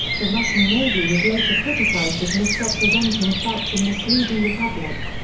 the russian navy was later criticized as misrepresenting facts and misleading the public.